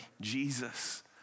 Jesus